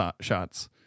shots